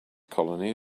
colony